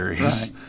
Right